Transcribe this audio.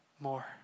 more